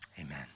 amen